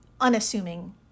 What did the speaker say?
unassuming